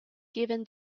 given